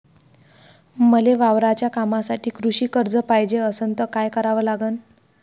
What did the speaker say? मले वावराच्या कामासाठी कृषी कर्ज पायजे असनं त काय कराव लागन?